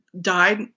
died